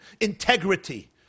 integrity